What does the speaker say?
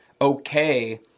okay